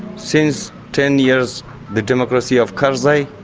since ten years the democracy of karzai,